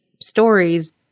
stories